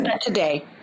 Today